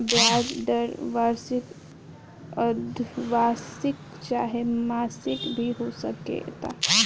ब्याज दर वार्षिक, अर्द्धवार्षिक चाहे मासिक भी हो सकता